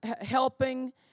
helping